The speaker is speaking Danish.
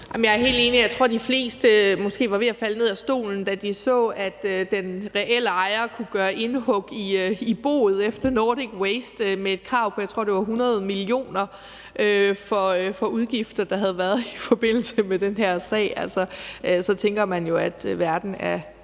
Jeg er helt enig. Jeg tror, at de fleste måske var ved at falde ned af stolen, da de så, at den reelle ejer kunne gøre indhug i boet efter Nordic Waste med et krav på 100 mio. kr., tror jeg det var, for udgifter, der havde været i forbindelse med den her sag. Altså, så tænker man jo, at verden er